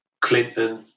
Clinton